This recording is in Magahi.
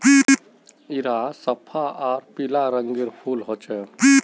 इरा सफ्फा आर पीला रंगेर फूल होचे